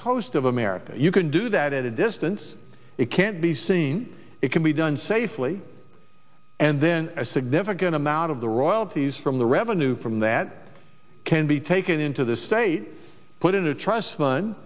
coast of america you can do that at a distance it can't be seen it can be done safely and then a significant amount of the royalties from the revenue from that can be taken into the state put in a trust fund